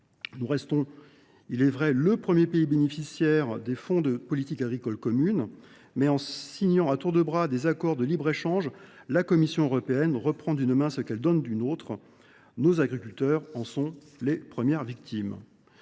que nous demeurons le premier pays bénéficiaire des fonds de la politique agricole commune. Mais en signant à tour de bras des accords de libre échange, la Commission européenne reprend d’une main ce qu’elle donne de l’autre. Nos agriculteurs en sont les premières victimes.